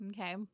Okay